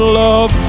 love